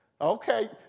Okay